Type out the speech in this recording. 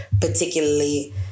particularly